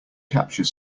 capture